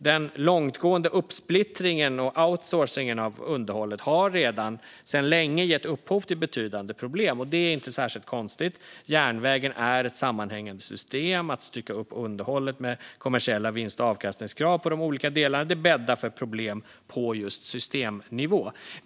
Den långtgående uppsplittringen och outsourcingen av underhållet har redan sedan länge gett upphov till betydande problem. Det är inte särskilt konstigt, för järnvägen är ett sammanhängande system, och att stycka upp underhållet med kommersiella vinst och avkastningskrav på de olika delarna bäddar för problem på just systemnivå.